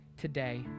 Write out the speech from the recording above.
today